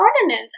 ordinance